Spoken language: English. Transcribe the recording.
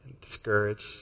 discouraged